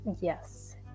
yes